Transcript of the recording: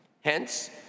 Hence